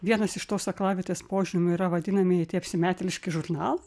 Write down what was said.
vienas iš tos aklavietės požymių yra vadinamieji tie apsimetėliški žurnalai